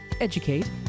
educate